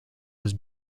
was